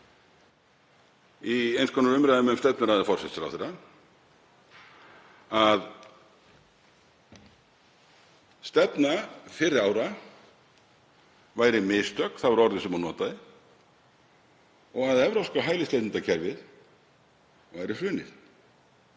í eins konar umræðum um stefnuræðu forsætisráðherra, að stefna fyrri ára væri mistök, það var orðið sem hún notaði, og að evrópska hælisleitendakerfið væri hrunið.